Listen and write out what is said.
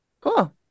Cool